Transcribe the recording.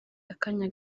akanya